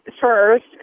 first